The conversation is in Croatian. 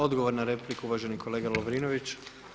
Odgovor na repliku uvaženi kolega Lovrinović.